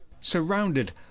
Surrounded